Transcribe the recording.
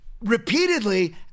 repeatedly